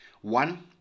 One